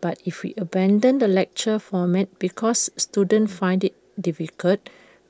but if we abandon the lecture format because students find IT difficult